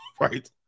right